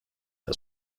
una